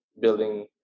building